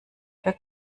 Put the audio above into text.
für